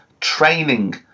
training